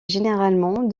généralement